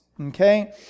okay